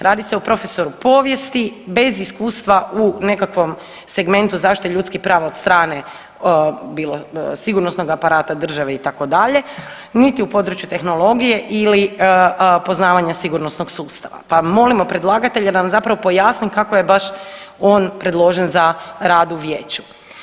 Radi se o profesoru povijesti bez iskustva u nekakvom segmentu zaštite ljudskih prava od strane bilo sigurnosnog aparata države itd., niti u području tehnologije ili poznavanja sigurnosnog sustava, pa molimo predlagatelja da nam zapravo pojasni kako je baš on predložen za rad u vijeću.